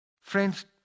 friends